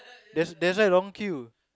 that that's why long queue